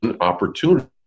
opportunity